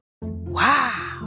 Wow